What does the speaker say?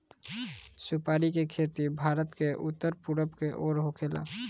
सुपारी के खेती भारत के उत्तर पूरब के ओर होखेला